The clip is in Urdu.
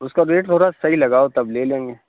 اس کا ریٹ تھوڑا صحیح لگاؤ تب لے لیں گے